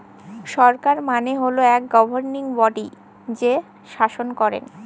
সরকার মানে হল এক গভর্নিং বডি যে শাসন করেন